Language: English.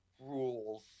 rules